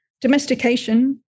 Domestication